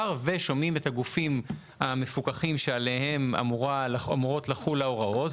ושומעים את הגופים המפוקחים שעליהם אמורות לחול ההוראות,